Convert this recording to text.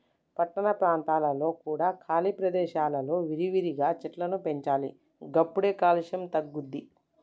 పట్టణ ప్రాంతాలలో కూడా ఖాళీ ప్రదేశాలలో విరివిగా చెట్లను పెంచాలి గప్పుడే కాలుష్యం తగ్గుద్ది